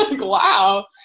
Wow